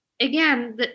again